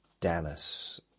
Dallas